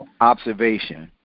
observation